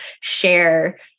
share